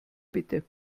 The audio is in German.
bitte